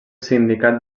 sindicat